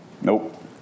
Nope